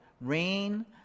Rain